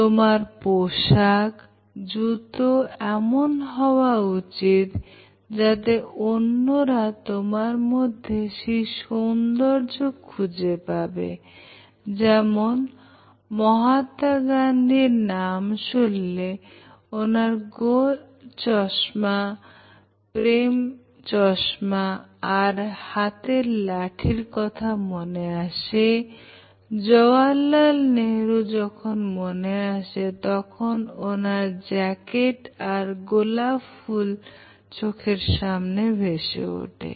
তোমার পোশাক জুতো এমন হওয়া উচিত যাতে অন্যেরা তোমার মধ্যে সেই সৌন্দর্য খুঁজে পাবে যেমন মহাত্মা গান্ধীর নাম শুনলে উনার গোল প্রেম চশমা আর হাতের লাঠি কথা মনে আসে জবাহরলাল নেহেরু যখন মনে আসে তখন উনার জ্যাকেট আর গোলাপ ফুল চোখের সামনে ভেসে উঠে